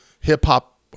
Hip-hop